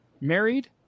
married